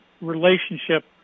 relationship